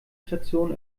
station